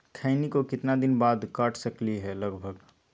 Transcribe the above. खैनी को कितना दिन बाद काट सकलिये है लगभग?